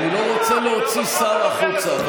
אני לא רוצה להוציא שר החוצה.